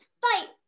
fight